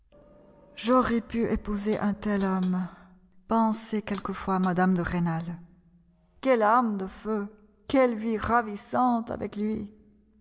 j'aurais pu épouser un tel homme pensait quelquefois mme de rênal quelle âme de feu quelle vie ravissante avec lui